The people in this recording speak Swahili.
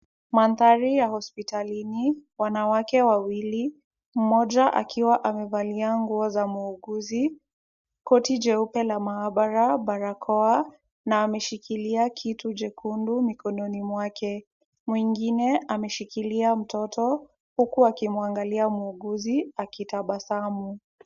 Mandhari ya hospitalini. Wanawake wawili, mmoja akiwa amevalia nguo za muuguzi, koti jeupe la maabara, barakoa na ameshikilia kitu jekundu mikononi mwake. Mwingine ameshikilia mtoto, huku akimwangalia muuguzi akitabasamu.